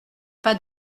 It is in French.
pas